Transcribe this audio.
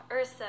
Ursa